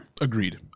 Agreed